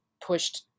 pushed